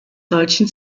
solchen